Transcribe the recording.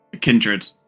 Kindred